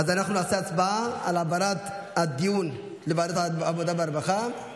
אז אנחנו נעשה הצבעה על העברת הדיון לוועדת העבודה והרווחה.